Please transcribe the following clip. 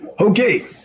Okay